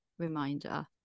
reminder